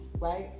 Right